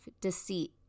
deceit